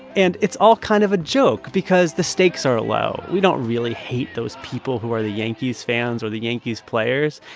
and it's all kind of a joke because the stakes are low. we don't really hate those people who are the yankees fans or the yankees players.